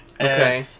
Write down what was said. Okay